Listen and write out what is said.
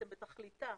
בתכליתה,